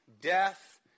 death